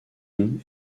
chine